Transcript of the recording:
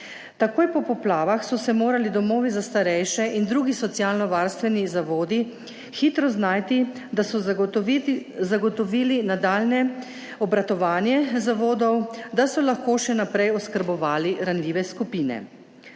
Takoj po poplavah so se morali domovi za starejše in drugi socialno varstveni zavodi hitro znajti, da so zagotovili nadaljnje obratovanje zavodov, da so lahko še naprej oskrbovali ranljive skupine.